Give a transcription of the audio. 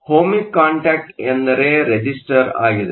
ohmic contact ಎಂದರೆ resistor ಆಗಿದೆ